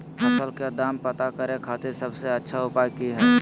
फसल के दाम पता करे खातिर सबसे अच्छा उपाय की हय?